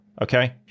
okay